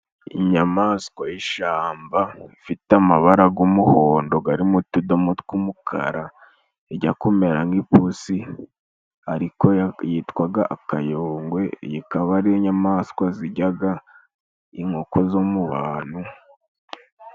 Inyamaswa y'ishyamba ifite amabara g'umuhondo garimo utudomo tw'umukara, ijya kumera nk'ipusi ariko yitwaga akayongwe. Iyi ikaba ari inyamaswa zijyaga inkoko zo mu bantu.